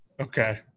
okay